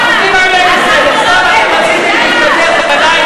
כל ישראל, ונאמר אמן,